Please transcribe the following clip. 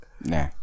Nah